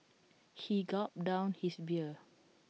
he gulped down his beer